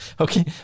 okay